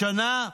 השנה,